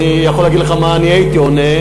אני יכול להגיד לך מה אני הייתי עונה,